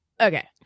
Okay